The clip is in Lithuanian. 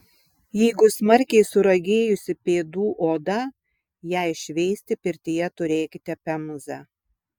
jeigu smarkiai suragėjusi pėdų oda jai šveisti pirtyje turėkite pemzą